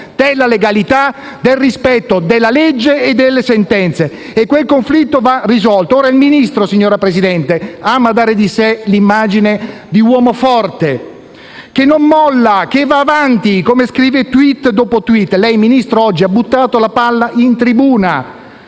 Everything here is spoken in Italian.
della legalità, del rispetto della legge e delle sentenze e quel conflitto va risolto. Signor Presidente, il Ministro ama dare di sé l'immagine di uomo forte che non molla, che va avanti, come scrive *tweet* dopo *tweet*. Il Ministro oggi ha buttato la palla in tribuna.